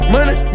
Money